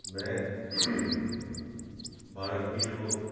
मैं भारत की जो